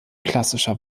klassischer